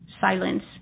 silence